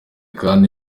kandi